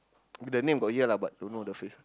the name got hear lah but don't know the face